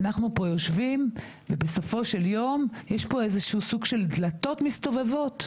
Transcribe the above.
ואנחנו פה יושבים ובסופו של יום יש פה איזשהו סוג של דלתות מסתובבות.